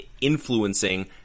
influencing